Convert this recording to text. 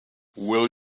will